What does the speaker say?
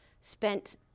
spent